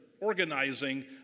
Organizing